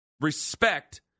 respect